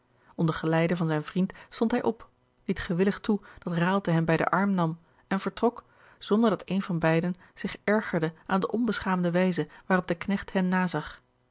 onder geleide van zijn vriend stond hij op liet gewillig toe dat raalte hem bij den arm nam en vertrok zonder dat een van beiden zich ergerde aan de onbeschaamde wijze waarop de knecht hen nazag